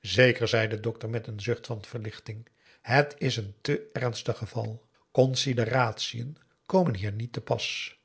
zeker zei de dokter met een zucht van verlichting het is een te ernstig geval consideratiën komen hier niet te pas